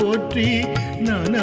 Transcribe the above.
Nana